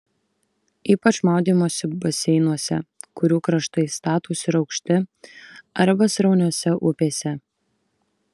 ypač maudymosi baseinuose kurių kraštai statūs ir aukšti arba srauniose upėse